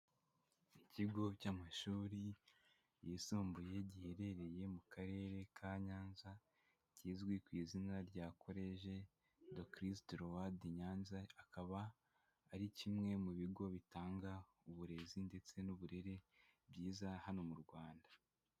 Ikigo cy'amashuri yisumbuye giherereye mu Karere ka Nyanza, kizwi ku izina rya College de Christ Roi Nyanza, akaba ari kimwe mu bigo bitanga uburezi ndetse n'uburere bwiza hano mu Rwanda.